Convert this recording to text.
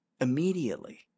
immediately